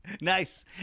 Nice